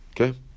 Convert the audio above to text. Okay